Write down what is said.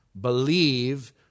believe